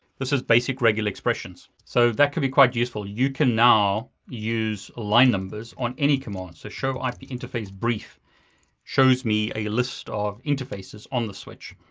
this is basic regular expressions. so that could be quite useful. you can now use line numbers on any command. so, show like ip interface brief shows me a list of interfaces on the switch.